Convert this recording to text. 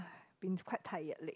been quite tired lately